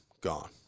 gone